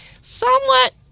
somewhat